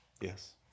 Yes